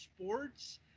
sports